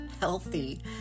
healthy